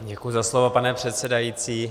Děkuji za slovo, pane předsedající.